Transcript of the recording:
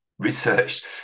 researched